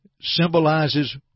symbolizes